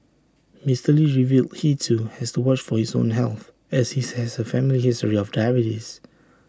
Mister lee revealed he too has to watch for his own health as he has A family history of diabetes